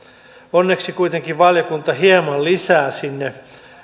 onneksi kuitenkin valiokunta hieman lisää sinne